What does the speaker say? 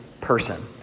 person